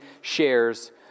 shares